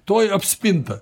tuoj apspinta